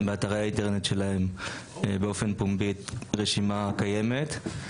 באתרי האינטרנט שלהם באופן פומבי רשימה קיימת,